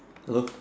hello